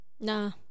Nah